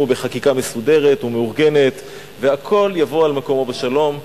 בחקיקה מסודרת ומאורגנת והכול יבוא על מקומו בשלום,